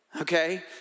Okay